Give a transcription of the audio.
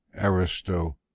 Aristo